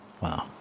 Wow